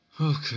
Okay